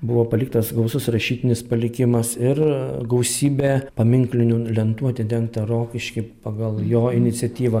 buvo paliktas gausus rašytinis palikimas ir gausybė paminklinių lentų atidengta rokišky pagal jo iniciatyvą